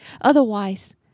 Otherwise